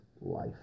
life